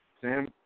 Sam